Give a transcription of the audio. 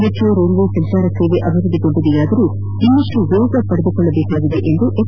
metro ರೈಲ್ಲೆ ಸಂಚಾರ ಸೇವೆ ಅಭಿವೃದ್ದಿಗೊಂಡಿದೆಯಾದರೂ ಇನ್ನಷ್ಟು ವೇಗ ಪಡೆದುಕೊಳ್ಳಬೇಕಾಗಿದೆ ಎಂದು ಎಸ್